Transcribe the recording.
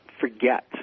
forget